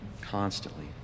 constantly